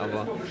aber